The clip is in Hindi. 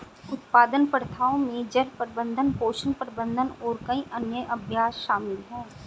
उत्पादन प्रथाओं में जल प्रबंधन, पोषण प्रबंधन और कई अन्य अभ्यास शामिल हैं